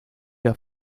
der